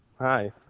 Hi